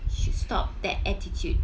you should stop that attitude